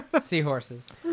Seahorses